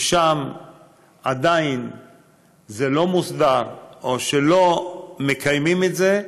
שבו עדיין זה לא מוסדר או שלא מקיימים את זה,